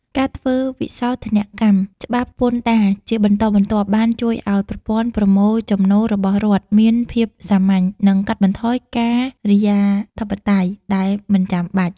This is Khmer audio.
ការធ្វើវិសោធនកម្មច្បាប់ពន្ធដារជាបន្តបន្ទាប់ បានជួយឱ្យប្រព័ន្ធប្រមូលចំណូលរបស់រដ្ឋមានភាពសាមញ្ញ និងកាត់បន្ថយការិយាធិបតេយ្យដែលមិនចាំបាច់។